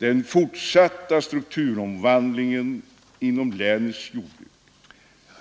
Den fortsatta strukturomvandlingen inom länets jordbruk,